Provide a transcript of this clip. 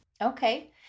Okay